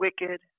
wicked